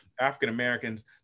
African-Americans